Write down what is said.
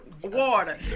Water